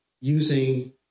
using